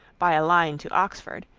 by a line to oxford,